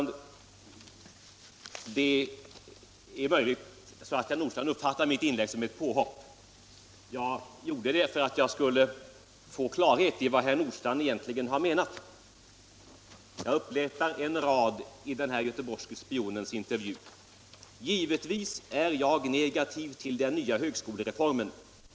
Det är möjligt att herr Nordstrandh uppfattar mitt inlägg som ett påhopp. Jag gjorde det för att få klarhet i vad herr Nordstrandh egentligen har menat. Jag upprepar ett par rader ur intervjun i Götheborgske Spionen: ”Givetvis är jag negativ till den nya högskolereformen.